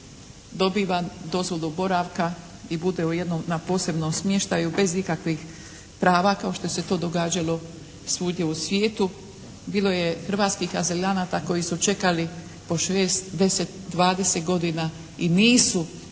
dobivan dozvolu boravka i bude u jednom na posebnom smještaju bez ikakvih prava kao što se to događalo svugdje u svijetu. Bilo je hrvatskih azilanata koji su čekali po 6, 10, 20 godina i nisu